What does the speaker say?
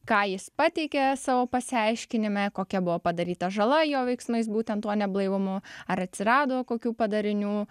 ką jis pateikia savo pasiaiškinime kokia buvo padaryta žala jo veiksmais būtent tuo neblaivumu ar atsirado kokių padarinių